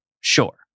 sure